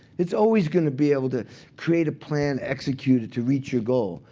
it's always going to be able to create a plan, execute it to reach your goal.